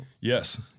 Yes